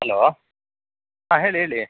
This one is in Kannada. ಹಲೋ ಹಾಂ ಹೇಳಿ ಹೇಳಿ